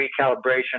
recalibration